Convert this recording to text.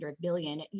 billion